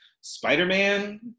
spider-man